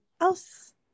else